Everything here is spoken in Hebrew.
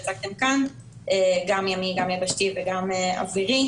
לא יצאו מהשדה במדינה השנייה אליה הם הגיעו אלא ישר חזרו לכאן,